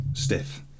Stiff